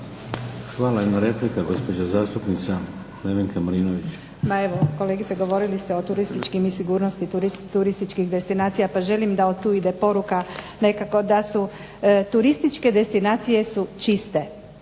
Hvala. Jedna replika, gospođa zastupnica Nevenka Marinović.